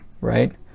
right